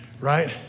right